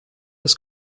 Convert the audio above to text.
des